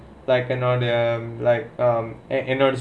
like uh you know the um like ah